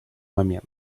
момент